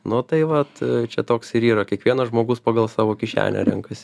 nu tai vat čia toks ir yra kiekvienas žmogus pagal savo kišenę renkasi